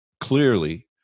clearly